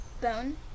bone